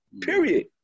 period